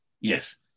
Yes